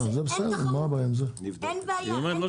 אין תחרות, אין בעיה.